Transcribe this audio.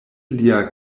lia